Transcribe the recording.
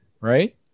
right